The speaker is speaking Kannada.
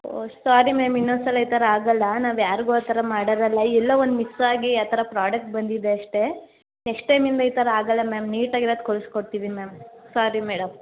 ಓ ಸ್ವಾರಿ ಮ್ಯಾಮ್ ಇನ್ನದ್ಸಲ ಈ ಥರ ಆಗೋಲ್ಲಾ ನಾವು ಯಾರಿಗು ಆ ಥರ ಮಾಡೋರಲ್ಲಾ ಎಲ್ಲೊ ಒಂದು ಮಿಸ್ಸಾಗಿ ಆ ಥರ ಪ್ರಾಡಕ್ಟ್ ಬಂದಿದೆ ಅಷ್ಟೇ ನೆಕ್ಸ್ಟ್ ಟೈಮ್ಯಿಂದ ಈ ಥರ ಆಗೋಲ್ಲಾ ಮ್ಯಾಮ್ ನೀಟಾಗಿರೋದು ಕಳ್ಸಿ ಕೊಡ್ತೀವಿ ಮ್ಯಾಮ್ ಸ್ವಾರಿ ಮೇಡಮ್